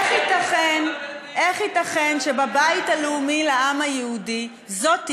איך ייתכן שהבית הלאומי לעם היהודי יהיה